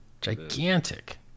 gigantic